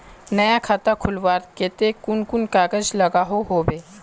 नया खाता खोलवार केते कुन कुन कागज लागोहो होबे?